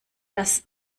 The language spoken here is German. das